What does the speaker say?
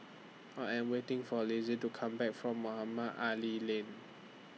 I Am waiting For Lizette to Come Back from Mohamed Ali Lane